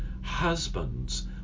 Husbands